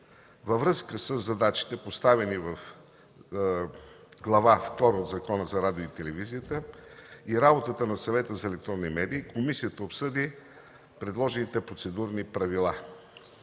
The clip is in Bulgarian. Във връзка със задачите, поставени в Глава втора от Закона за радиото и телевизията и работата на Съвета за електронни медии, комисията обсъди предложените Процедурни правила.